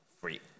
free